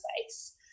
space